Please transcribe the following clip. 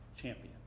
champion